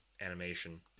animation